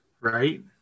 Right